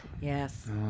Yes